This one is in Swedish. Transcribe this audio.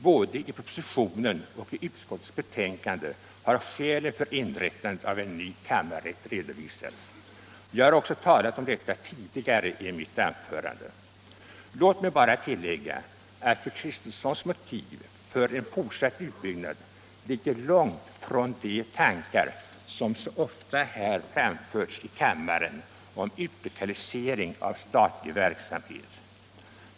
Både i propositionen och i utskottets betänkande har skälen för inrättandet av en ny kammarrätt redovisats. Jag har också talat om detta tidigare i mitt anförande. Låt mig bara tillägga att fru Kristenssons motiv för en fortsatt utbyggnad ligger långt från de tankar om utlokalisering av statlig verksamhet som så ofta framförts här i kammaren.